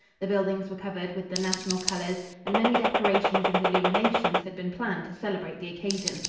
the buildings were covered with the national colors and many decorations and illuminations had been planned to celebrate the occasion.